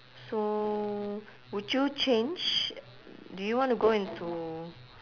so would you change do you want to go into